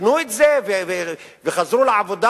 ותיקנו את זה וחזרו לעבודה?